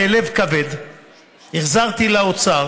בלב כבד החזרתי לאוצר